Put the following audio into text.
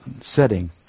setting